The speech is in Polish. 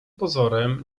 pozorem